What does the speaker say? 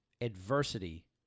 adversity